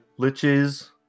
Liches